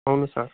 అవును సార్